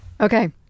Okay